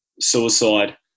suicide